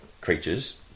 creatures